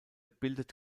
bildet